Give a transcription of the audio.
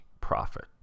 profit